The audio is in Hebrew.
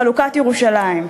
חלוקת ירושלים.